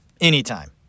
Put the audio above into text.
Anytime